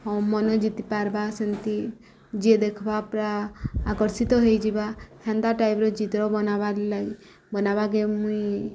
ହଁ ମନ ଜିତି ପାର୍ବା ସେମିତି ଯିଏ ଦେଖ୍ବା ପୁରା ଆକର୍ଷିତ ହେଇଯିବା ହେନ୍ତା ଟାଇପ୍ର ଚିତ୍ର ବନାବାର୍ ଲାଗି ବନାବାକେ ମୁଇଁ